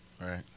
Right